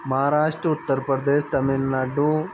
Maharashtra Uttar Pradesh Tamil Nadu